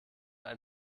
ein